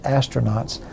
astronauts